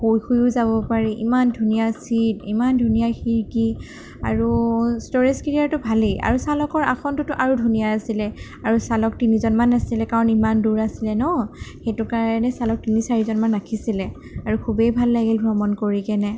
শুই শুইয়ো যাব পাৰি ইমান ধুনীয়া ছিট ইমান ধুনীয়া খিৰিকি আৰু ষ্ট'ৰেজ কেইটাতো ভালেই আৰু চালকৰ আসনটোতো আৰু ধুনীয়া আছিলে আৰু চালক তিনিজনমান আছিলে কাৰণ ইমান দূৰ আছিলে ন সেইটো কাৰণে চালক তিনি চাৰিজনমান ৰাখিছিলে আৰু খুবেই ভাল লাগিল ভ্ৰমণ কৰিকেনে